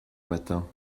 matin